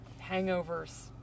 hangovers